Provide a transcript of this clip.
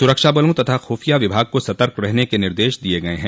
सुरक्षा बलों तथा खुफिया विभाग को सतर्क रहने के निर्देश दिये गये हैं